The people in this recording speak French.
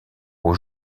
aux